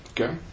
Okay